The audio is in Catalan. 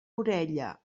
orella